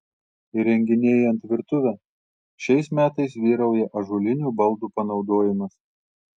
įrenginėjant virtuvę šiais metais vyrauja ąžuolinių baldų panaudojimas